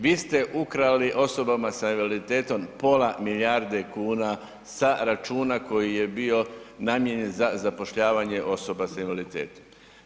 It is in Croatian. Vi ste ukrali osobama sa invaliditetom pola milijarde kuna sa računa koji je bio namijenjen za zapošljavanje osoba sa invaliditetom.